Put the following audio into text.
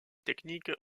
techniques